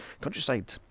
countryside